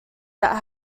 that